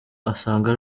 asanga